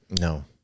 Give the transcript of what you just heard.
No